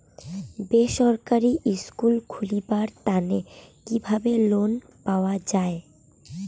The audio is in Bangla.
বেসরকারি স্কুল খুলিবার তানে কিভাবে লোন পাওয়া যায়?